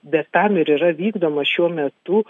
bet tam ir yra vykdomas šiuo metu